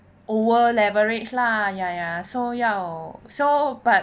over leveraged lah ya so 要 so but